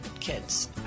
kids